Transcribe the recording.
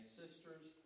sisters